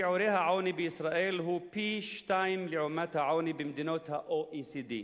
שיעור העוני בישראל הוא פי-שניים לעומת העוני במדינות ה-OECD,